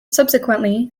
subsequently